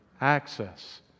access